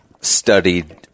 studied